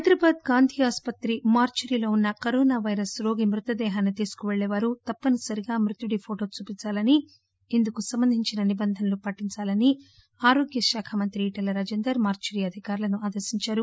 హైదరాబాద్ గాంధీ ఆస్పత్రి మార్పురీలో ఉన్న కరోనా వైరస్ రోగి మృతదేహాన్ని తీసుకు పెళ్లేవారు తప్పనిసరిగా మృతుడి ఫోటో చూపించాలని ఇందుకు సంబంధించిన నిబంధనలు పాటించాలని ఆరోగ్యశాఖ మంత్రి ఈటల రాజేందర్ మార్పురీ అధికారులను ఆదేశించారు